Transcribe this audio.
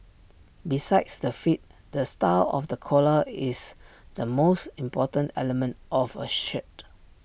besides the fit the style of the collar is the most important element of A shirt